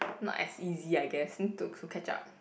not as easy I guess to to catch up